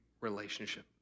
relationship